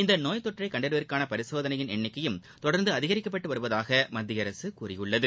இந்த நோய் தொற்றை கண்டறிவதற்கான பரிசோதனையின் எண்ணிக்கையும் தொடர்ந்து அதிகரிக்கப்பட்டு வருவதாக மத்திய அரசு கூறியுள்ளது